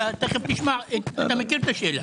אתה מכיר את השאלה.